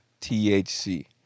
THC